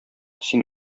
син